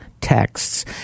texts